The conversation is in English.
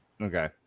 Okay